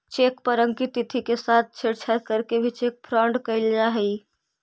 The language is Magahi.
चेक पर अंकित तिथि के साथ छेड़छाड़ करके भी चेक फ्रॉड कैल जा हइ